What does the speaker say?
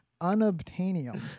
unobtainium